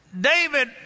David